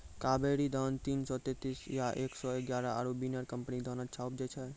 कावेरी धान तीन सौ तेंतीस या एक सौ एगारह आरु बिनर कम्पनी के धान अच्छा उपजै छै?